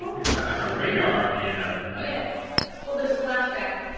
it's got like a radar on the end of it. like yeah well there's splash back.